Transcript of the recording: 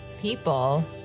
people